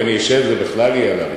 אם אני אשב, זה בכלל יהיה על הרצפה,